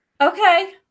Okay